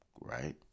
Right